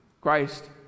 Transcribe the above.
Christ